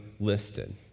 listed